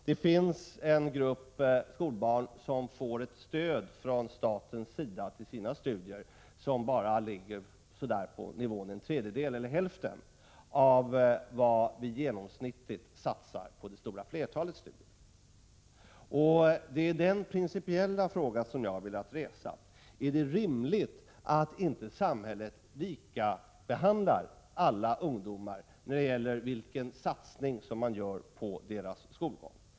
Det I finns en grupp skolbarn som från statens sida får ett stöd till sina studier som bara ligger på nivån en tredjedel eller hälften av vad vi genomsnittligt satsar på det stora flertalets studier. Det är den principiella frågan jag vill ta upp: Är det rimligt att inte samhället behandlar alla ungdomar lika när det gäller den satsning man gör på deras skolgång?